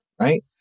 right